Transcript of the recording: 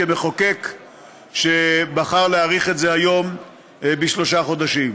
כמחוקק שבחר להאריך את זה היום בשלושה חודשים.